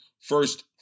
first